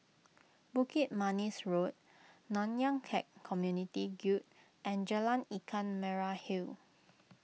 Bukit Manis Road Nanyang Khek Community Guild and Jalan Ikan Merah Hill